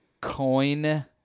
coin